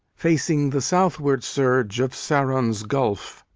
facing the southward surge of saron's gulf.